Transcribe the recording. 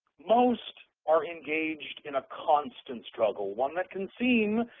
most are engaged in a constant struggle, one that can seem,